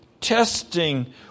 testing